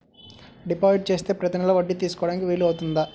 Deposit చేస్తే ప్రతి నెల వడ్డీ తీసుకోవడానికి వీలు అవుతుందా?